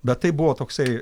bet tai buvo toksai